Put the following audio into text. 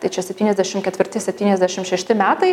tai čia septyniasdešim ketvirti septyniasdešim šešti metai